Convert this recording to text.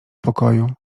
pokoju